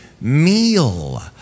meal